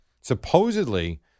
Supposedly